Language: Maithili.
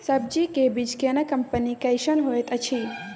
सब्जी के बीज केना कंपनी कैसन होयत अछि?